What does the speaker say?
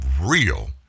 real